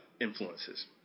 influences